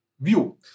view